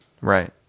Right